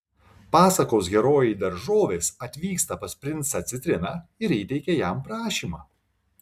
pasakos herojai daržovės atvyksta pas princą citriną ir įteikia jam prašymą